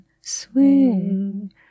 Swing